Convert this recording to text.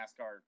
NASCAR